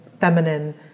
feminine